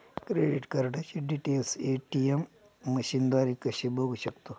Credit कार्डचे details ATM मशीनद्वारे कसे बघू शकतो?